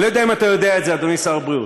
אני לא יודע אם אתה יודע את זה, אדוני שר הבריאות.